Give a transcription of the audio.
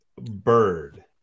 bird